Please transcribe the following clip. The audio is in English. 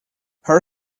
her